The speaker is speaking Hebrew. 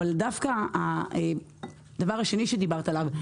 לגבי הדבר השני שדיברת עליו,